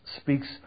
speaks